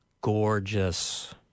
gorgeous